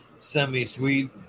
Semi-sweet